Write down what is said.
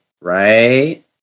Right